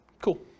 Cool